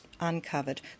uncovered